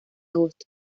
agosto